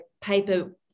paper